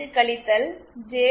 5 ஜே1